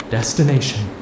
Destination